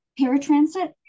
paratransit